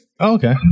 Okay